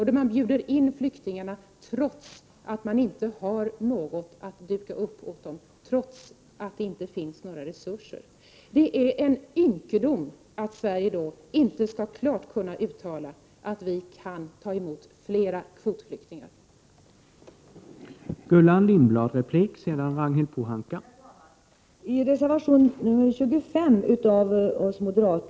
De bjuder in flyktingarna trots att de inte har något att duka upp åt dem, trots att det inte finns några resurser. Att Sverige inte klart skall kunna uttala att vi kan ta emot fler kvotflyktingar är en ynkedom!